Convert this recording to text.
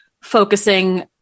focusing